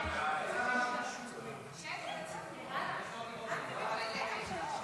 חוק לתיקון פקודת התעבורה (מס' 137),